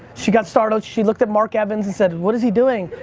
she got startled. she looked at mark evans and said, what is he doing?